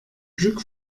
glück